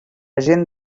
gent